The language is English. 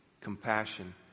compassion